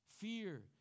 fear